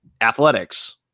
athletics